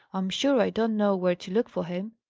i'm sure i don't know where to look for him!